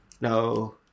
No